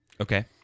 Okay